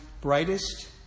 brightest